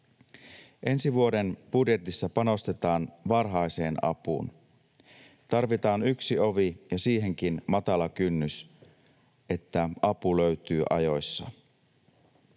Ensi vuoden budjetissa panostetaan varhaiseen apuun. Tarvitaan yksi ovi ja siihenkin matala kynnys, että apu löytyy ajoissa.